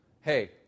Hey